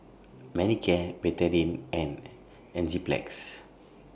Manicare Betadine and Enzyplex